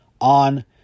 on